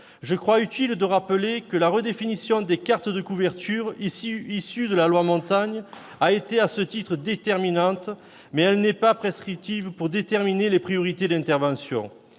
Je crois utile de rappeler que la redéfinition des cartes de couverture, issue de la loi Montagne, a été à ce titre déterminante, mais elle n'est pas prescriptive pour déterminer les priorités d'intervention.